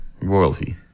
royalty